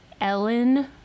Ellen